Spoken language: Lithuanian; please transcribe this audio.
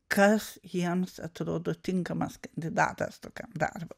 kas jiems atrodo tinkamas kandidatas tokiam darbui